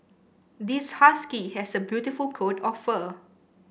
this husky has a beautiful coat of fur